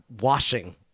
washing